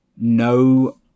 no